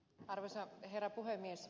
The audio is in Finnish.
arvoisa herra puhemies